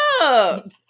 up